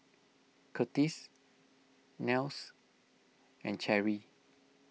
Curtis Nels and Cherry